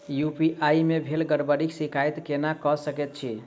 UPI मे भेल गड़बड़ीक शिकायत केना कऽ सकैत छी?